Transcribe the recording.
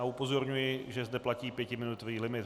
A upozorňuji, že zde platí pětiminutový limit.